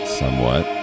somewhat